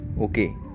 Okay